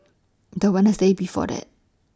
The Wednesday before that